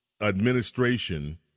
administration